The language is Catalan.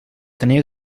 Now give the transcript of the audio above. tenia